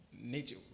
nature